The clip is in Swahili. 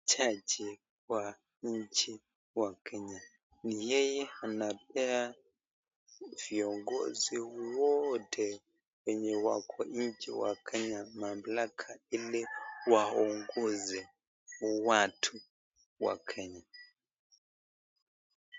Jaji wa nchi wa Kenya, ni yeye anapea viongozi wote wenye wako nchi wa Kenya mamlaka ili waongoze watu wa Kenya.